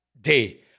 day